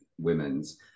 women's